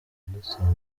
kudutsinda